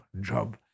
job